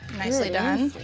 nicely done.